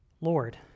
Lord